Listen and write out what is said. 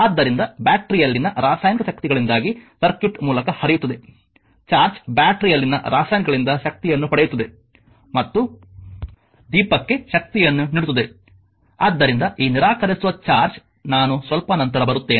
ಆದ್ದರಿಂದ ಬ್ಯಾಟರಿಯಲ್ಲಿನ ರಾಸಾಯನಿಕ ಶಕ್ತಿಗಳಿಂದಾಗಿ ಸರ್ಕ್ಯೂಟ್ ಮೂಲಕ ಹರಿಯುತ್ತದೆ ಚಾರ್ಜ್ ಬ್ಯಾಟರಿಯಲ್ಲಿನ ರಾಸಾಯನಿಕಗಳಿಂದ ಶಕ್ತಿಯನ್ನು ಪಡೆಯುತ್ತದೆ ಮತ್ತು ದೀಪಕ್ಕೆ ಶಕ್ತಿಯನ್ನು ನೀಡುತ್ತದೆಆದ್ದರಿಂದ ಈ ನಿರಾಕರಿಸುವ ಚಾರ್ಜ್ ನಾನು ಸ್ವಲ್ಪ ನಂತರ ಬರುತ್ತೇನೆ